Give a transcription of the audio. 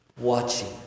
watching